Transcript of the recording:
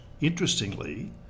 Interestingly